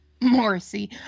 Morrissey